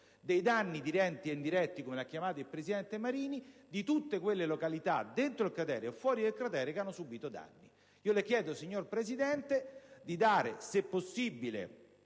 dei danni diretti e indiretti - come li ha chiamati il presidente Marini - di tutte quelle località all'interno e all'esterno del cratere che hanno subìto danni. Le chiedo, signor Presidente, di dare se possibile